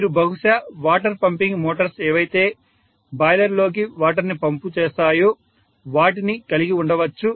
మీరు బహుశా water pumping motors ఏవైతే బాయిలర్ లోకి వాటర్ ని పంపు చేస్తాయో వాటిని కలిగి ఉండవచ్చు